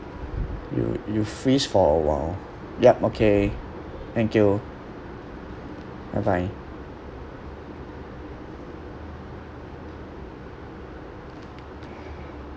you you freeze for awhile yup okay thank you bye bye